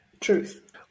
truth